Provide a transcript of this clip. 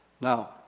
Now